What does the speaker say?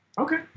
Okay